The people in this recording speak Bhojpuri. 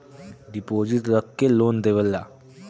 डिपोसिट रख के लोन देवेला